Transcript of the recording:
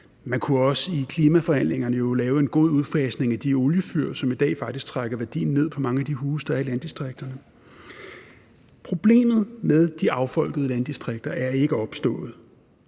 Man kunne jo også i klimaforhandlingerne lave en god udfasning af de oliefyr, som i dag faktisk trækker værdien ned på mange af de huse, der er i landdistrikterne. Problemet med de affolkede landdistrikter er ikke opstået